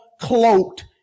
cloaked